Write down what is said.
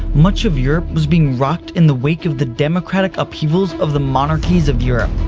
much of europe was being rocked in the wake of the democratic upheavals of the monarchies of europe.